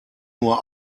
nur